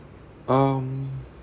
um